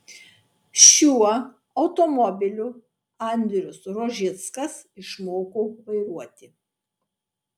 šiuo automobiliu andrius rožickas išmoko vairuoti